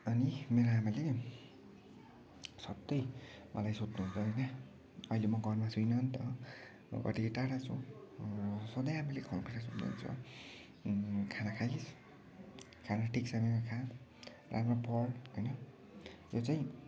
अनि मेरो आमाले सधैँ मलाई सोध्नुहुन्छ होइन अहिले म घरमा छुइनँ नि त घरदेखि टाडा छु र सधैँ आमाले कल गरेर सोध्नुहुन्छ खाना खाइस खाना ठिकसँग खा राम्रो पढ होइन यो चाहिँ